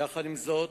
יחד עם זאת,